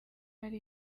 hari